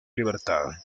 libertad